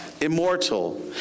immortal